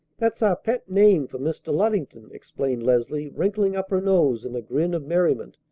that's our pet name for mr. luddington, explained leslie, wrinkling up her nose in a grin of merriment.